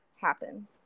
happen